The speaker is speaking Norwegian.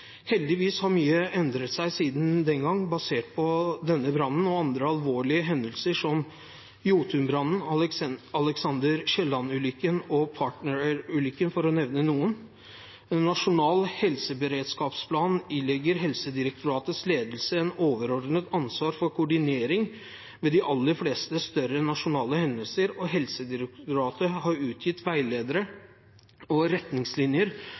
Heldigvis har mye endret seg siden den gang, basert på denne brannen og andre alvorlige hendelser som Jotun-brannen, Aleksander L. Kielland-ulykken og Partnair-ulykken – for å nevne noen. En nasjonal helseberedskapsplan ilegger Helsedirektoratets ledelse et overordnet ansvar for koordinering ved de aller fleste større nasjonale hendelser, og Helsedirektoratet har utgitt veiledere og retningslinjer